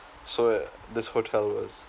so this hotel was